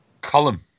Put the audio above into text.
column